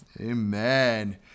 Amen